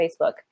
Facebook